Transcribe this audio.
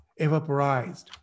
evaporized